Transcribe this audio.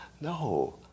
No